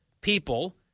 people